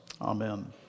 Amen